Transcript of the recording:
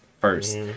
first